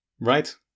Right